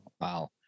Wow